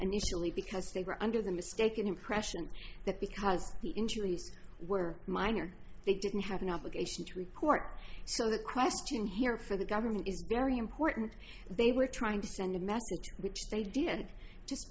and usually because they were under the mistaken impression that because the injuries were minor they didn't have an obligation to report so the question here for the government is very important they were trying to send a message which they did